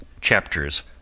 Chapters